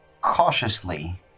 cautiously